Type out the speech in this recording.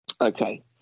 Okay